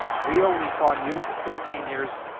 we only fought you for thirteen years.